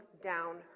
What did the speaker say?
down